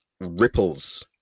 ripples